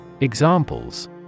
Examples